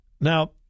Now